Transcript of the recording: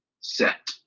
set